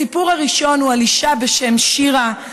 הסיפור הראשון הוא על אישה בשם שירה,